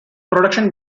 production